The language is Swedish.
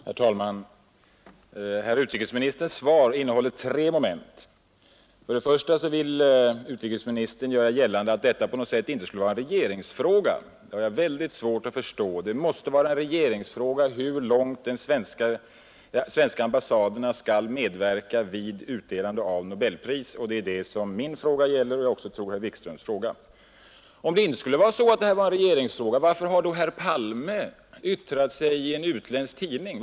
Herr talman! Utrikesministerns svar innehåller tre moment. För det — Ang. medverkan av första vill utrikesministern göra gällande att detta på något sätt inte svenska ambassaskulle vara en regeringsfråga. Det har jag väldigt svårt att förstå. Det der vid överlämnanmåste vara en regeringsfråga hur långt de svenska ambassaderna skall = de av nobelpris i medverka vid utdelande av nobelpris, och det är det som min och jag tror — utlandet också herr Wikströms fråga gäller. Om detta inte skulle vara en regeringsfråga, varför har då herr Palme yttrat sig i en utländsk tidning?